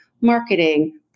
marketing